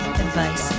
advice